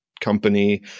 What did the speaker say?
company